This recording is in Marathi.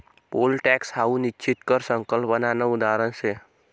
पोल टॅक्स हाऊ निश्चित कर संकल्पनानं उदाहरण शे